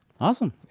Awesome